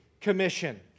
commission